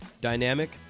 dynamic